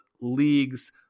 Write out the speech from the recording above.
leagues